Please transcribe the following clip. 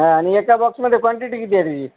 हां आणि एका बॉक्समध्ये काँटिटी किती आहे त्याची